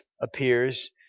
appears